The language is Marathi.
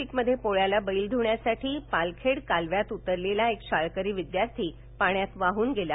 नाशिक मध्ये पोळ्याला बैल धुण्यासाठी पालखेड कालव्यात उतरलेला एक शाळकरी विद्यार्थी पाण्यात वाहन गेला